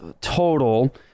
total